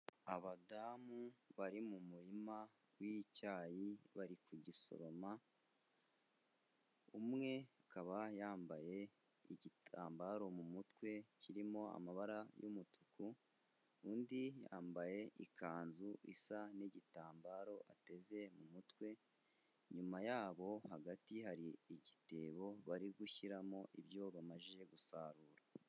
Abadamu bari mu murima w'icyayi bari kugisoroma, umwe akaba yambaye igitambaro mu mutwe, kirimo amabara y'umutuku, undi yambaye ikanzu isa n'igitambaro ateze mu mutwe, inyuma yabo hagati, hari igitebo bari gushyiramo ibyo bamajije gusarura.